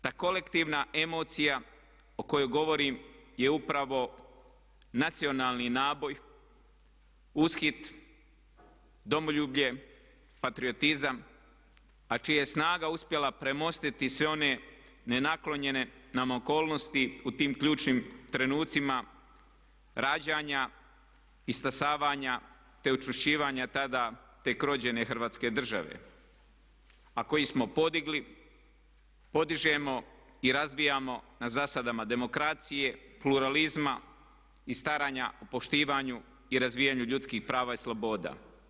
Ta kolektivna emocija o kojoj govorim je upravo nacionalni naboj, ushit, domoljublje, patriotizam a čija je snaga uspjela premostiti sve one nenaklonjene nam okolnosti u tim ključnim trenucima rađanja te učvršćivanja tada tek rođene Hrvatske države a koji smo podigli, podižemo i razvijamo na zasadama demokracije, pluralizma i staranja poštivanju i razvijanju ljudskih prava i sloboda.